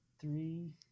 three